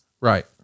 right